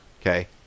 Okay